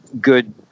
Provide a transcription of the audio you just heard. good